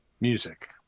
Music